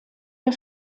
der